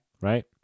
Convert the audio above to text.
right